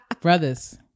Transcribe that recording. brothers